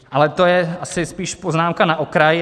Ale to je asi spíš poznámka na okraj.